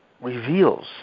reveals